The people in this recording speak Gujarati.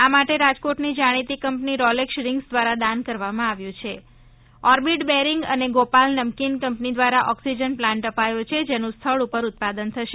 આ માટે રાજકોટની જાણીતી કંપની રોલેક્ષ રીંગ્સ દ્વારા દાન કરવામાં આવ્યું છે ઓર્બિડ બેરીંગ અને ગોપાલ નમકીન કંપની દ્વારા ઓકસીજન પ્લાન્ટ અપાયો છે જેનું સ્થળ પર ઉત્પાદન થશે